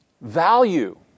value